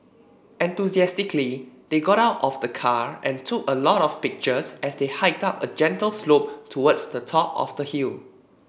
enthusiastically they got out of the car and took a lot of pictures as they hiked up a gentle slope towards the top of the hill